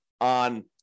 on